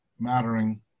mattering